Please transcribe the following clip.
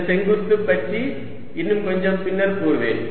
இந்த செங்குத்து பற்றி இன்னும் கொஞ்சம் பின்னர் கூறுவேன்